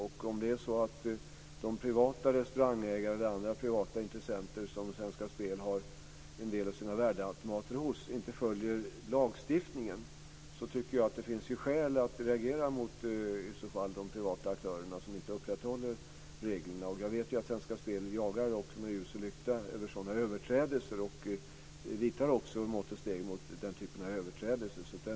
Om det är så att de privata restaurangägarna eller andra privata intressenter som Svenska Spel har en del av sina värdeautomater hos inte följer lagstiftningen, tycker jag att det finns skäl att reagera mot de privata aktörer som inte upprätthåller reglerna. Jag vet att Svenska Spel jagar sådana överträdelser med ljus och lykta. Man vidtar också mått och steg mot den typen av överträdelser.